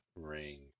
ring